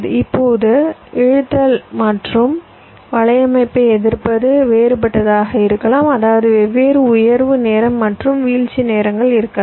இப்போது இழுத்தல் மற்றும் வலையமைப்பை எதிர்ப்பது வேறுபட்டதாக இருக்கலாம் அதாவது வெவ்வேறு உயர்வு நேரம் மற்றும் வீழ்ச்சி நேரங்கள் இருக்கலாம்